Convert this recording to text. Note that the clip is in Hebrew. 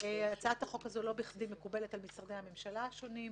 הצעת החוק הזו לא בכדי מקובלת על משרדי הממשלה השונים: